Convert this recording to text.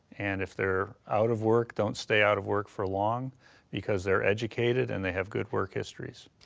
and if they're out of work, don't stay out of work for long because they're educated and they have good work histories.